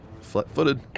Flat-footed